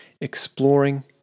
exploring